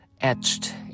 etched